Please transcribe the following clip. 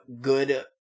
good